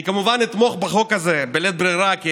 אני כמובן אתמוך בחוק הזה בלית ברירה, כי